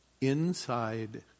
Inside